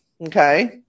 Okay